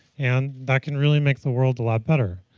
and that can really make the world a lot better.